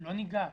לא ניגש,